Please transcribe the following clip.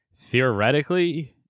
theoretically